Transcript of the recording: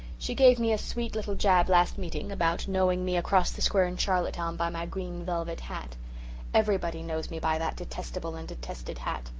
she gave me a sweet little jab last meeting about knowing me across the square in charlottetown by my green velvet hat everybody knows me by that detestable and detested hat.